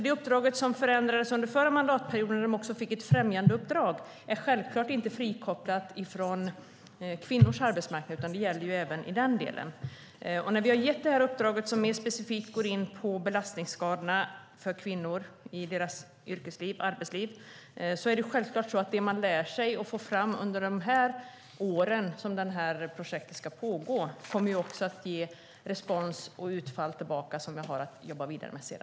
Det uppdrag som förändrades under förra mandatperioden då de också fick ett främjandeuppdrag är självklart inte frikopplat från kvinnors arbetsmarknad utan gäller även den. Vi har gett det här uppdraget som mer specifikt går in på belastningsskadorna för kvinnor, och då är det självklart så att det man lär sig och får fram under de år som projektet ska pågå också kommer att ge respons och utfall som vi sedan har att jobba vidare med.